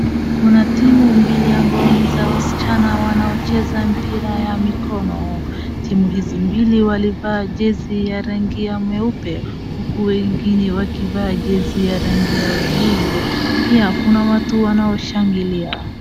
Kuna timu mbili ambayo ni za wasichana wanaocheza mpiya ya mikono. Timu hizi mbili walivaa jezi ya rangi ya meupe huku wengine wakivaa jezi ya rangi ya bluu. Pia kuna watu wanaoshangilia.